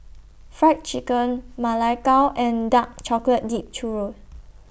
Fried Chicken Ma Lai Gao and Dark Chocolate Dipped Churro